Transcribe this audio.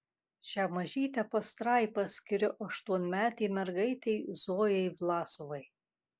šią mažytę pastraipą skiriu aštuonmetei mergaitei zojai vlasovai